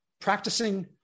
practicing